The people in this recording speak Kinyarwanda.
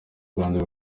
rwanda